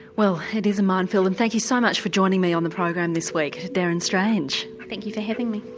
well, it is a minefield and thank you so much for joining me on the program this week, deryn strange. thank you for having me.